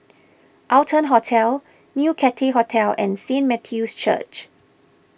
Arton Hotel New Cathay Hotel and Saint Matthew's Church